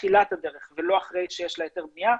מתחילת הדרך ולא אחרי שיש לה היתר בנייה.